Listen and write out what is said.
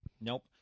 Nope